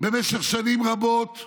במשך שנים רבות.